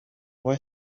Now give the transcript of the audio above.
boy